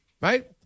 right